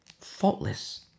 faultless